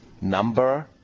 number